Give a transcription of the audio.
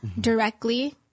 directly